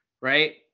right